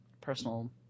personal